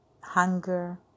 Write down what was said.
hunger